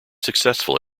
successful